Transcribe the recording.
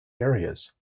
areas